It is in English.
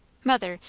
mother,